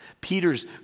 Peter's